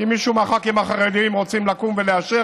אם מישהו מהח"כים החרדים רוצה לקום ולאשר,